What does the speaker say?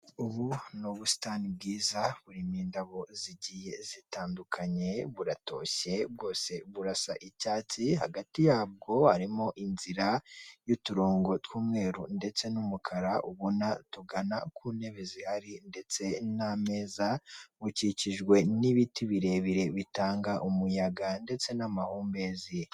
Ubu ni ubusitani bwiza burimo indabo zigiye zitandukanye, buratoshye burasa icyatsi. Hagati yabwo harimo inzira y'uturongo tw'umweru ndetse n'umukara ubona tugana ku ntebe zihari, ndetse n'ameza. Bukikijwe n'ibiti birebire bitanga amahumbezi.